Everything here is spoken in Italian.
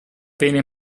pene